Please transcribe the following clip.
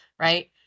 right